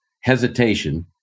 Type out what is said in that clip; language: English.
hesitation